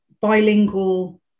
bilingual